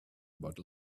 about